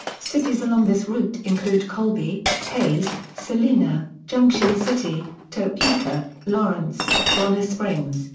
cities along this route include colby, hays, salina, junction city, topeka, lawrence, bonner springs,